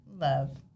Love